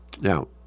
Now